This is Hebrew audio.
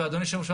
אדוני היושב-ראש,